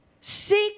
seek